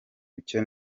icyo